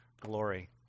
glory